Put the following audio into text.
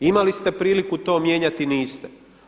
Imali ste priliku to mijenjati niste.